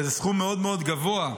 זה סכום מאוד מאוד גבוה,